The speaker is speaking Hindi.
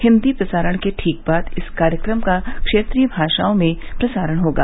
हिंदी प्रसारणके ठीक बाद इस कार्यक्रम का क्षेत्रीय भाषाओं में प्रसारण होगा